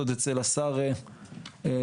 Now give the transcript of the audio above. התחיל אצל השר ליצמן,